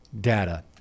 data